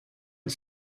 het